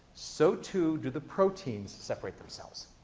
so, too, do the proteins separate themselves.